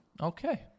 Okay